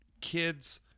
kids